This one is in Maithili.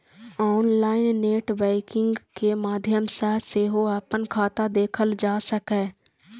ऑनलाइन नेट बैंकिंग के माध्यम सं सेहो अपन खाता देखल जा सकैए